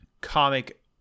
comic